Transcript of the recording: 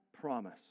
promise